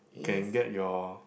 can get your